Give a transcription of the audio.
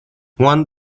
one